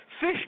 fish